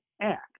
act